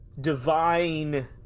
divine